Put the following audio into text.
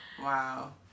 Wow